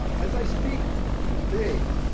as i speak today,